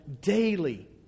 daily